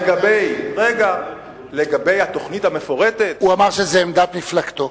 לגבי התוכנית המפורטת, הוא אמר שזו עמדת מפלגתו.